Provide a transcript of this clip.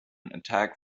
attack